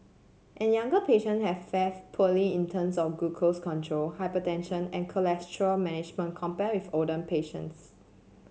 and younger patient have fared poorly in terms of glucose control hypertension and cholesterol management compared with older patients